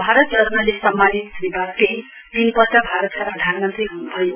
भारत रत्नले सम्मानित श्री वाजपेयी तीन पल्ट भारतका प्रधानमन्त्री हन्भयो